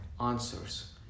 answers